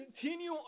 continue